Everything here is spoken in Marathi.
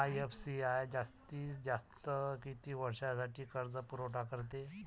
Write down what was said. आय.एफ.सी.आय जास्तीत जास्त किती वर्षासाठी कर्जपुरवठा करते?